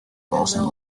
boston